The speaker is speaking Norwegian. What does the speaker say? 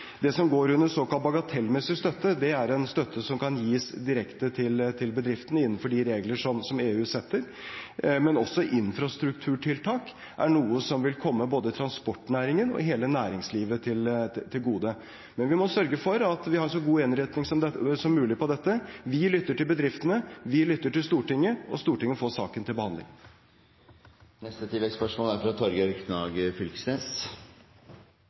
Det som går under såkalt bagatellmessig støtte, er en støtte som kan gis direkte til bedriftene, innenfor de reglene som EU setter. Men også infrastrukturtiltak er noe som vil komme både transportnæringen og hele næringslivet til gode. Vi må sørge for at vi har så god innretting som mulig på dette. Vi lytter til bedriftene. Vi lytter til Stortinget, og Stortinget får saken til behandling. Torgeir Knag Fylkesnes – til oppfølgingsspørsmål. Diskusjonen om kven som gjorde kva når, er